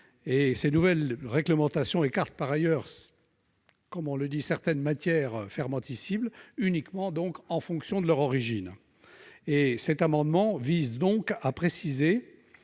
Ces nouvelles réglementations écartent par ailleurs certaines matières fermentescibles, uniquement en fonction de leur origine. Cet amendement vise donc à prévoir